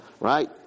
right